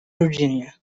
virginia